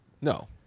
No